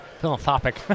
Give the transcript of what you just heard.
philanthropic